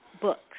books